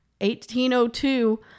1802